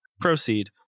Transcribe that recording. Proceed